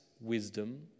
wisdom